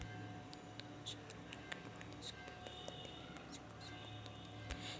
Share मार्केटमधी सोप्या पद्धतीने पैसे कसे गुंतवता येईन?